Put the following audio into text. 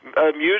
music